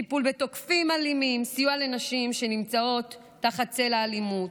טיפול בתוקפים אלימים וסיוע לנשים שנמצאות תחת צל האלימות.